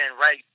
right